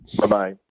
Bye-bye